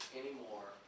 anymore